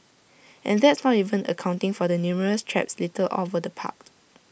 and that's not even accounting for the numerous traps littered all over the park